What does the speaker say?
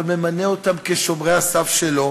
אבל הוא ממנה אותם כשומרי הסף שלו